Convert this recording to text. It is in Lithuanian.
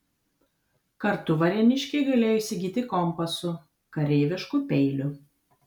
kartu varėniškiai galėjo įsigyti kompasų kareiviškų peilių